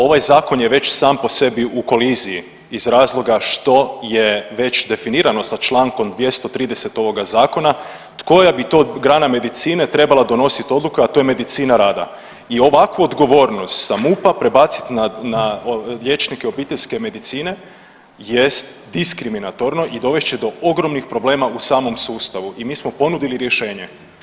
Ovaj zakon je već sam po sebi u koliziji iz razloga što je već definirano sa čl. 230. ovoga zakona koja bi to grana medicine trebala donosit odluke, a to je medicina rada i ovakvu odgovornost sa MUP-a prebacit na, na liječnike obiteljske medicine jest diskriminatorno i dovest će do ogromnih problema u samom sustavu i mi smo ponudili rješenje.